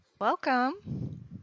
welcome